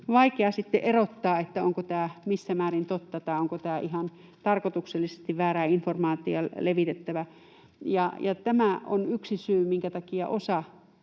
vaikea erottaa, onko tämä missä määrin totta vai onko tämä ihan tarkoituksellisesti väärää informaatiota levittävä. Tämä on yksi syy, minkä takia osa